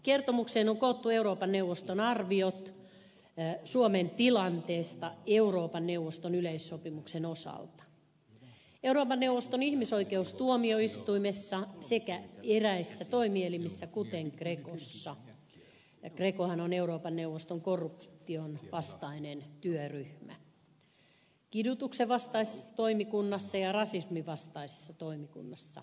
kertomukseen on koottu euroopan neuvoston arviot suomen tilanteesta euroopan neuvoston yleissopimuksen osalta euroopan neuvoston ihmisoikeustuomioistuimessa sekä eräissä toimielimissä kuten grecossa grecohan on euroopan neuvoston korruption vastainen työryhmä kidutuksenvastaisessa toimikunnassa ja rasisminvastaisessa toimikunnassa